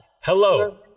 hello